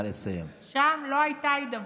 שם לא הייתה הידברות,